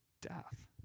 death